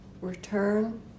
Return